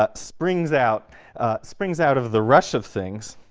ah springs out springs out of the rush of things